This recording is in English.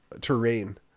terrain